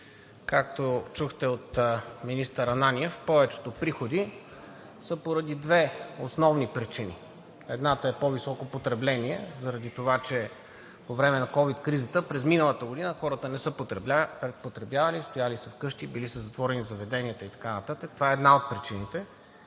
Както чухте от министър Ананиев, повечето приходи са поради две основни причини. Едната е по-високо потребление заради това, че по време на ковид кризата през миналата година хората не са потребявали, стояли са вкъщи, били са затворени заведенията и така нататък – това е една от причините,